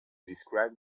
describe